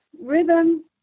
rhythm